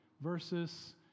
versus